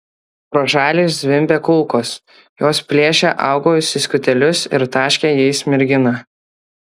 pro šalį zvimbė kulkos jos plėšė augalus į skutelius ir taškė jais merginą